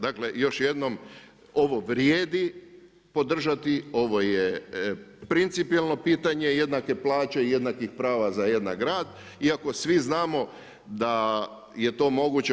Dakle još jednom, ovo vrijedi podržati, ovo je principijelno pitanje jednake plaće i jednakih prava za jednak rad, iako svi znamo da je to moguće.